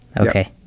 Okay